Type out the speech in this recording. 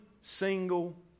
single